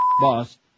boss